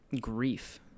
grief